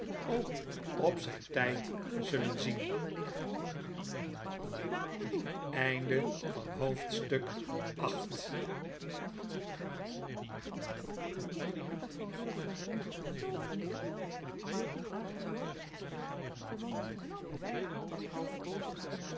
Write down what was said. ook op zijn tijd zullen zien